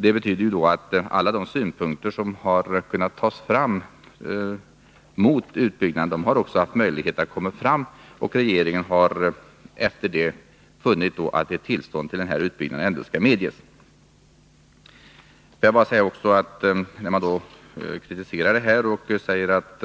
Det betyder att alla synpunkter mot utbyggnaden som kan finnas också har kunnat framföras, och regeringen har efter remissförfarandet funnit att tillstånd till den här utbyggnaden ändå skall ges. Här framförs kritik, och man säger att